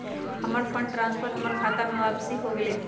हमर fund transfer हमर खता में वापसी हो गेलय